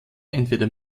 entweder